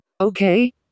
okay